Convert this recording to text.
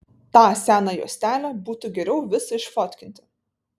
tą seną juostelę būtų geriau visą išfotkinti